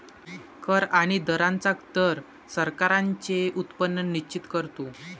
कर आणि दरांचा दर सरकारांचे उत्पन्न निश्चित करतो